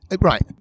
right